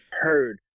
Heard